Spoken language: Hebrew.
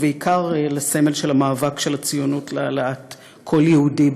ובעיקר לסמל של המאבק של הציונות להעלאת כל יהודי,